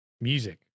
Music